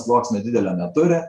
sluoksnio didelio neturi